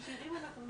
עדכון.